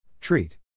Treat